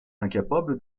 incapable